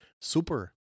super